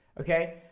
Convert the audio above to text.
okay